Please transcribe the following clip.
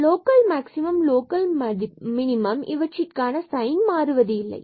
ஆனால் local maximum local minimum ஆகியவற்றிற்கான sign மாறுவது இல்லை